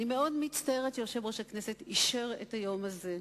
אני מאוד מצטערת שיושב-ראש הכנסת אישר את היום הזה.